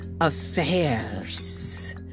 affairs